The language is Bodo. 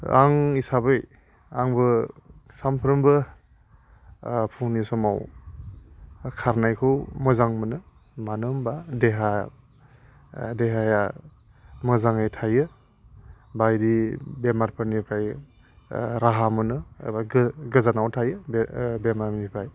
आंनि हिसाबै आंबो सानफ्रोमबो फुंनि समाव खारनायखौ मोजां मोनो मानो होनबा देहा देहाया मोजाङै थायो बायदि बेमारफोरनिफ्राय राहा मोनो एबा गोजानाव थायो बेमारनिफ्राय